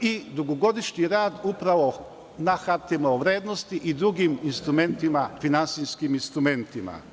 i dugogodišnji rad upravo na hartijama od vrednosti i drugim finansijskim instrumentima.